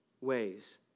ways